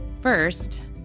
First